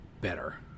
better